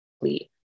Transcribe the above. complete